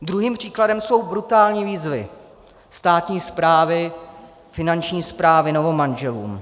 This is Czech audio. Druhým příkladem jsou brutální výzvy státní správy, Finanční správy, novomanželům.